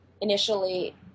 initially